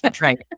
right